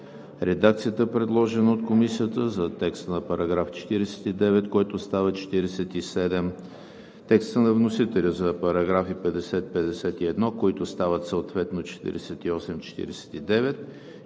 редакцията, предложена от Комисията за текста на § 49, който става § 47; текста на вносителя за параграфи 50 и 51, които стават съответно параграфи